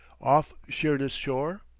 off sheerness shore?